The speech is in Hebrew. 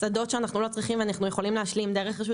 שדות שאנחנו לא צריכים ואנחנו יכולים להשלים דרך רשות